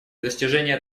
достижения